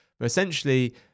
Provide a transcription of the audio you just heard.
Essentially